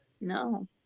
No